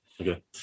Okay